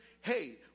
Hey